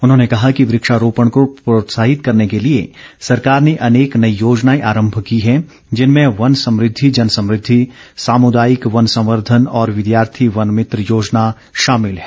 उन्होंने कहा कि वृक्षारोपण को प्रोत्साहित करने के लिए सरकार ने अनेक नई योजनाए आरम्म की हैं जिनमें वन समुद्धि जन समुद्धि सामुदायिक वन संवर्धन और विद्यार्थी वन मित्र योजना शामिल है